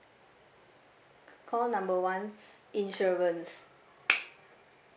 call number one insurance